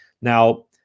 Now